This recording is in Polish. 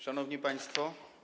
Szanowni Państwo!